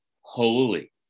holy